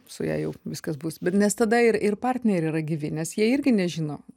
su ja jau viskas bus nes tada ir partneriai yra gyvi nes jie irgi nežino